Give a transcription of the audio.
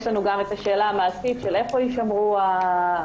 יש לנו גם את השאלה המעשית של איפה יישמרו הדגימות,